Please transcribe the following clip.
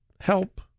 help